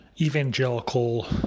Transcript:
evangelical